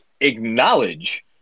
acknowledge